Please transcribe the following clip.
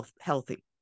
healthy